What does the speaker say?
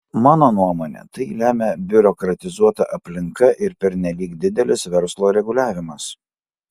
mano nuomone tai lemia biurokratizuota aplinka ir pernelyg didelis verslo reguliavimas